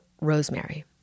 rosemary